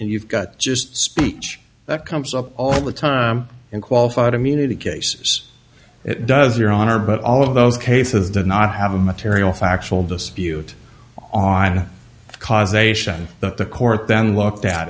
and you've got just speech that comes up all the time in qualified immunity cases it does your honor but all of those cases do not have a material factual dispute on a cause ation that the court then looked at